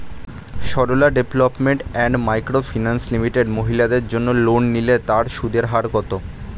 Sarala development and micro finance limited মহিলাদের জন্য loan নিলে তার সুদের হার কত?